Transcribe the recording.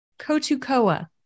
KotuKoa